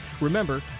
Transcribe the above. Remember